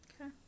Okay